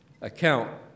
account